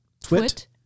twit